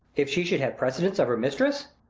if she should have precedence of her mistress?